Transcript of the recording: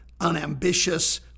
unambitious